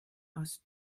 aus